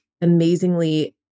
amazingly